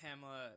Pamela